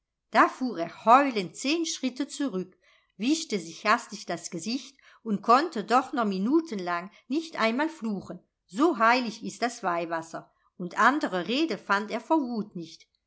da fuhr er heulend zehn schritte zurück wischte sich hastig das gesicht und konnte doch noch minutenlang nicht einmal fluchen so heilig ist das weihwasser und andere rede fand er vor wut nicht